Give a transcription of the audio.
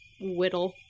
whittle